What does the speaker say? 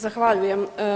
Zahvaljujem.